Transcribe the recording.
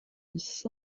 dix